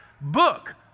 book